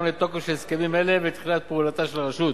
לתוקף של הסכמים אלה ולתחילת פעולתה של הרשות.